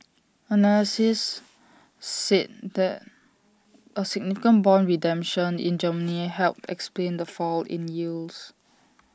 analysts said that A significant Bond redemption in Germany helped explain the fall in yields